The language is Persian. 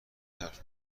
حرف